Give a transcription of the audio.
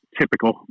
typical